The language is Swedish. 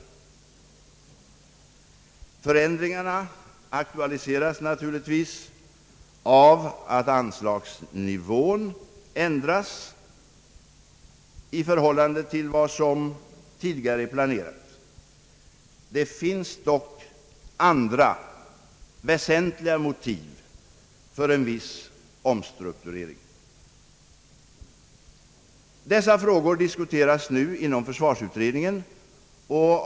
Förändringarna aktualiseras naturligtvis av att anslagsnivån ändras i förhållande till vad som tidigare planerats. Det finns dock andra väsentliga motiv för en viss omstrukturering. Dessa frågor diskuteras nu inom försvarsutredningen.